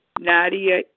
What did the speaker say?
Nadia